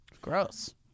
gross